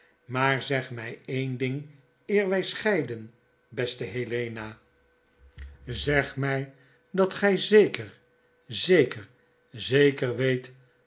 maar zeg my een ding eer wy scheiden beste helena zeg my dat gy mmm p een onaa ngename staat van zaken zeker zeker weet